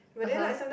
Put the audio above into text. (uh huh)